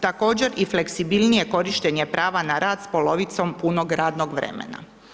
Također i fleksibilnije korištenje prava na rad s polovicom punog radnog vremena.